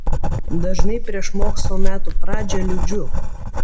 dažnai prieš mokslo metų pradžią liūdžiu